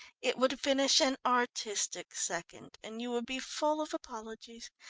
it would finish an artistic second and you would be full of apologies,